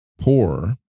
poor